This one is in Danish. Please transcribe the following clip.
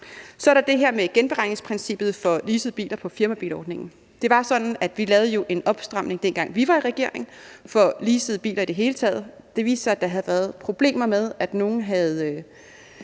Så er der det her med genberegningsprincippet for leasede biler på firmabilordningen. Det var jo sådan, at vi lavede en opstramning, dengang vi var i regering, for leasede biler i det hele taget. Der gik nogle historier om, at det måske